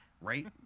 right